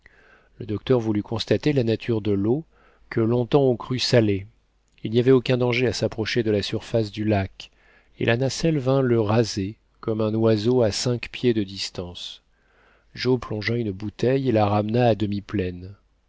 le docteur voulut constater la nature de l'eau que longtemps on crut salée il n'y avait aucun danger à s'approcher de la surface du lac et la nacelle vint le raser comme un oiseau à cinq pieds de distance joe plongea une bouteille et la ramena à demi pleine